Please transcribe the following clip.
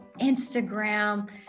Instagram